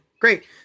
Great